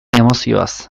emozioaz